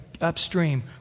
upstream